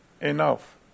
enough